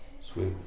Sweet